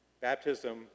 Baptism